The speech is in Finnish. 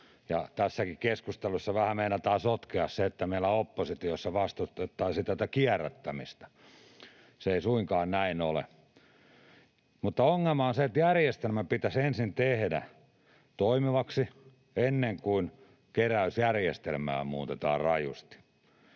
Tässäkin keskustelussa vähän meinataan sotkea se, että meillä oppositiossa vastustettaisiin tätä kierrättämistä. Se ei suinkaan näin ole. Mutta ongelma on se, että järjestelmä pitäisi ensin tehdä toimivaksi ennen kuin keräysjärjestelmää muutetaan rajusti.